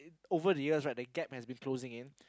over the years right the gaps has been closing in